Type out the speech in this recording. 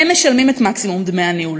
הם משלמים את מקסימום דמי הניהול.